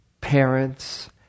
parents